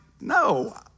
no